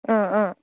ꯑꯪ ꯑꯪ